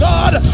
God